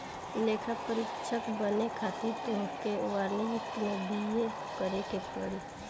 लेखापरीक्षक बने खातिर तोहके वाणिज्यि में बी.ए करेके पड़ी